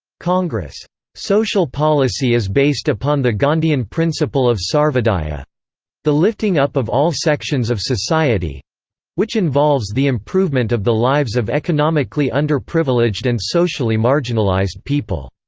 congress' social policy is based upon the gandhian principle of sarvodaya the lifting up of all sections of society which involves the improvement of the lives of economically underprivileged and socially marginalised people.